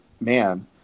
man